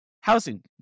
housing